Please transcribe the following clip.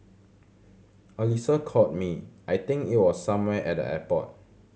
Alyssa called me I think it was somewhere at the airport